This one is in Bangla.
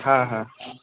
হ্যাঁ হ্যাঁ